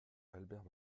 albert